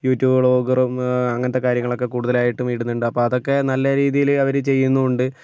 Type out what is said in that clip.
YouTube ബ്ലോഗറും അങ്ങനത്തെ കാര്യങ്ങളൊക്കെ കൂടുതലായിട്ടും ഇടുന്നുണ്ട് അപ്പം അതൊക്കെ നല്ല രീതിയിൽ അവർ ചെയ്യുന്നുണ്ട്